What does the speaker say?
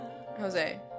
Jose